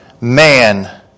man